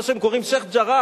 מה שהם קוראים "שיח'-ג'ראח",